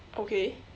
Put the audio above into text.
okay